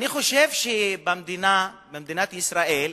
אני חושב שבמדינת ישראל,